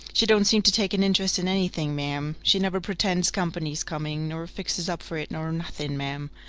she don't seem to take an interest in anything, ma'am. she never pretends company's coming, nor fixes up for it, nor nothing, ma'am.